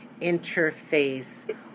interface